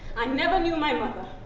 i never knew my mother.